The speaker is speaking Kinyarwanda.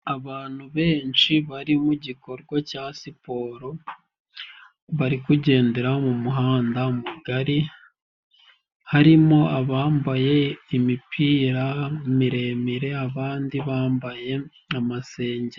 Abantu benshi bari mu gikorwa cya siporo barikugendera mu muhanda mugari harimo abambaye imipira miremire abandi bambaye amasenge.